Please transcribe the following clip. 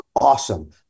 awesome